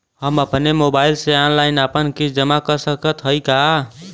हम अपने मोबाइल से ऑनलाइन आपन किस्त जमा कर सकत हई का?